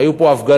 היו פה הפגנות